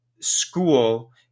school